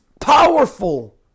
powerful